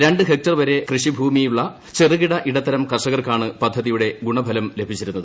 രണ്ട് ഹെക്ടർ വരെ കൃഷിഭൂമിയുള്ള ചെറുകിട ഇടത്തരം കർഷ്ടകർക്കാണ് പദ്ധതിയുടെ ഗുണഫലം ലഭിച്ചിരുന്നത്